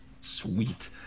Sweet